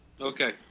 Okay